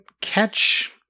catch